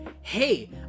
Hey